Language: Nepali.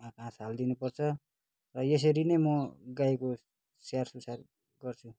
घाँस हालिदिनु पर्छ र यसरी नै म गाईको स्याहारसुसार गर्छु